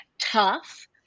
tough